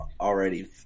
already